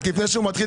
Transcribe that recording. רק לפני שהוא מתחיל,